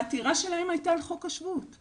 העתירה שלהם הייתה לחוק השבות.